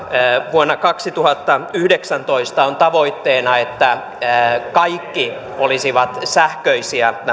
vuonna kaksituhattayhdeksäntoista on tavoitteena että kaikki nämä ylioppilaskirjoitukset olisivat sähköisiä